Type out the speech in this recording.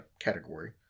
category